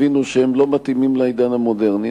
הבינו שהם לא מתאימים לעידן המודרני.